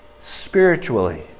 spiritually